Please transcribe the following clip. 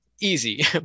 easy